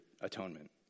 atonement